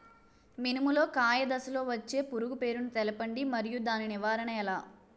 మినుము లో కాయ దశలో వచ్చే పురుగు పేరును తెలపండి? మరియు దాని నివారణ ఎలా?